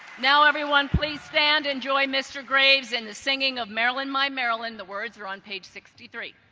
now everyone please stand and join mr. graves in the singing of maryland my maryland. the words are on page sixty three.